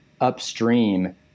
upstream